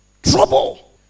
Trouble